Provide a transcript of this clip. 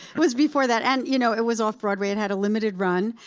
was before that. and you know, it was off-broadway. it had a limited run.